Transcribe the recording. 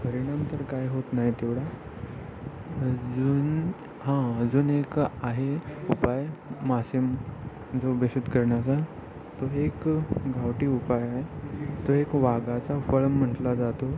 परिणाम तर काय होत नाही तेवढा अजून हां अजून एक आहे उपाय मासेम जो बेशुद्ध करण्याचा तो एक गावठी उपाय आहे तो एक वाघाचा फळ म्हटला जातो